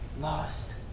lost